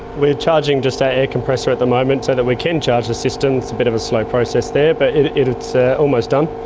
we're charging just our air compressor at the moment so that we can charge the system, it's a bit of a slow process there, but it's ah almost done.